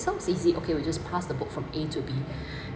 sounds easy okay we just pas the book from A to B